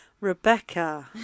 Rebecca